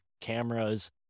cameras